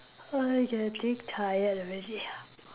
I getting tired already ah